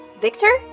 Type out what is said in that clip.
Victor